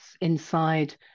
inside